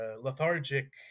lethargic